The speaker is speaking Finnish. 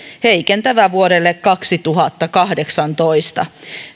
heikentävä vuodelle kaksituhattakahdeksantoista